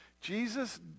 Jesus